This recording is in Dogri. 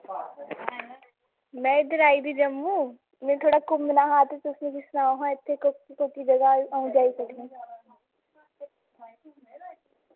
में इद्धर आई दी जम्मू में थोह्ड़ा घुम्मना हा ते तुस मिकी सनाओ हां इत्थै कोह्की कोह्की जगह आऊं जाई सकनी